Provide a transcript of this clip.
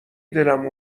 دلم